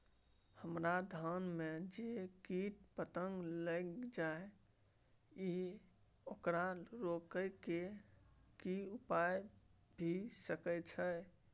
हमरा धान में जे कीट पतंग लैग जाय ये ओकरा रोके के कि उपाय भी सके छै?